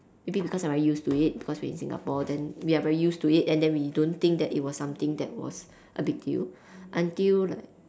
maybe because I'm very used to it because we in Singapore then we are very used to it and then we don't think that it was something that was a big deal until like